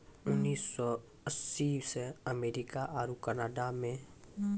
उन्नीस सौ अस्सी से अमेरिका आरु कनाडा मे